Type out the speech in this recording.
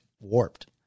warped